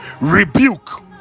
rebuke